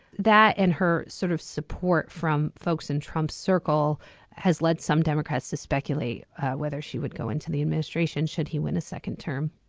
that and her sort of support from folks in trump's circle has led some democrats to speculate whether she would go into the administration should he win a second term.